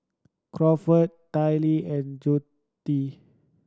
Crawford Tallie and Joette